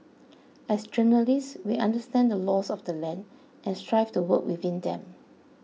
as journalists we understand the laws of the land and strive to work within them